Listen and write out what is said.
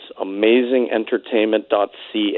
amazingentertainment.ca